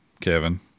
Kevin